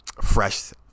fresh